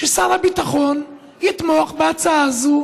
ששר הביטחון יתמוך בהצעה הזו